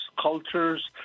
cultures